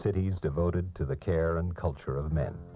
cities devoted to the care and culture of m